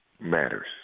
matters